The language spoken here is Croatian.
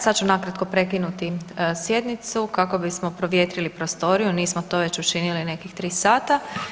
Sad ću nakratko prekinuti sjednicu kako bismo provjetrili prostoriju, nismo to već učinili nekih 3 sata.